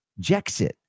Jexit